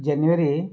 January